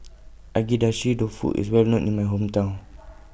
Agedashi Dofu IS Well known in My Hometown